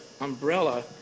Umbrella